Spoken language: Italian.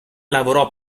lavorò